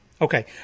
Okay